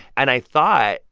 and i thought,